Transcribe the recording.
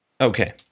Okay